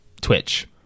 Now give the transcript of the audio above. twitch